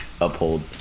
uphold